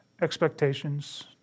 expectations